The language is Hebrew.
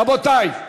רבותי,